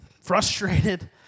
frustrated